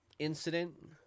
Incident